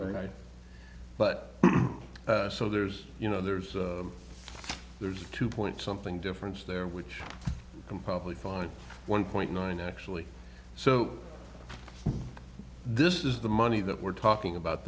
right but so there's you know there's there's two point something difference there which i'm probably fine one point nine actually so this is the money that we're talking about